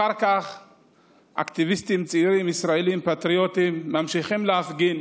אחר כך אקטיביסטים צעירים ישראלים פטריוטים ממשיכים להפגין